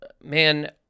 man